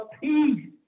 peace